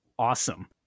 awesome